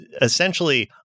essentially